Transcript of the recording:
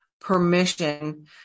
permission